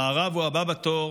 המערב הוא הבא בתור